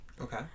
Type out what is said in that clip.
Okay